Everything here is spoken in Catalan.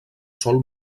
sol